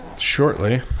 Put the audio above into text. Shortly